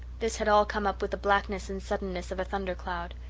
this had all come up with the blackness and suddenness of a thundercloud.